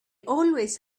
always